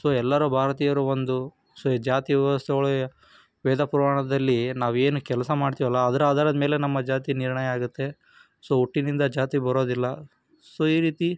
so ಎಲ್ಲರೂ ಭಾರತೀಯರು ಒಂದು ಸೊ ಈ ಜಾತಿ ವ್ಯವಸ್ಥೆ ಒಳಗೆ ವೇದ ಪುರಾಣದಲ್ಲಿ ನಾವು ಏನು ಕೆಲಸ ಮಾಡ್ತೀವಲ್ಲ ಅದರ ಆಧಾರದ ಮೇಲೆ ನಮ್ಮ ಜಾತಿ ನಿರ್ಣಯ ಆಗುತ್ತೆ ಸೊ ಹುಟ್ಟಿನಿಂದ ಜಾತಿ ಬರೋದಿಲ್ಲ ಸೊ ಈ ರೀತಿ